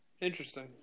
Interesting